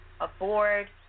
aboard